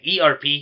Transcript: ERP